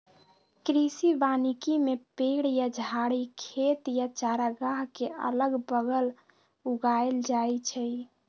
कृषि वानिकी में पेड़ या झाड़ी खेत या चारागाह के अगल बगल उगाएल जाई छई